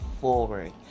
forward